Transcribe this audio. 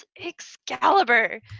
Excalibur